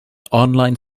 online